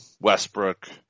Westbrook